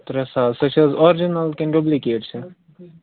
ترٛےٚ ساس سُہ چھِ حظ آرِجِنَل کِنہٕ ڈُبلِکیٚٹ چھِ